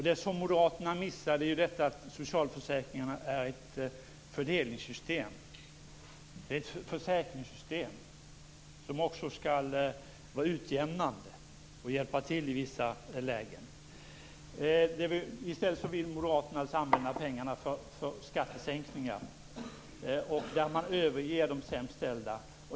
Det som Moderaterna har missat är att socialförsäkringarna är ett fördelningssystem, ett försäkringssystem, som också skall vara utjämnande och vara till hjälp i vissa lägen. I stället vill Moderaterna använda pengarna för skattesänkningar och överge de sämst ställda.